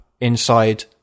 inside